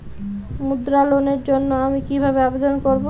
মুদ্রা লোনের জন্য আমি কিভাবে আবেদন করবো?